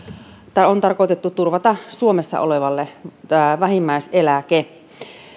on tarkoitettu suomessa olevalle turvaamaan vähimmäiseläke